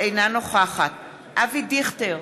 אינה נוכחת אבי דיכטר,